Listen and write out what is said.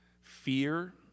fear